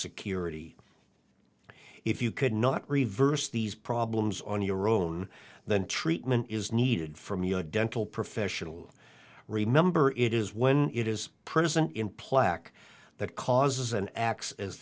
security if you could not reverse these problems on your own then treatment is needed from your dental professional remember it is when it is present in plaque that causes and acts as